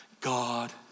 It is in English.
God